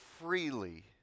freely